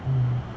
mm